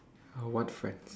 I want friends